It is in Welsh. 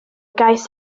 gais